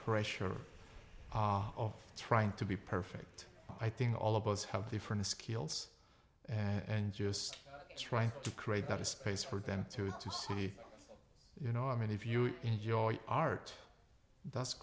pressure of trying to be perfect i think all of us have different skills and just trying to create that space for them to to say you know i mean if you enjoy art that's